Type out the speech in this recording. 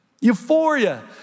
Euphoria